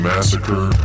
Massacre